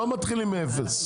לא מתחילים מאפס.